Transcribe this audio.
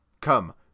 come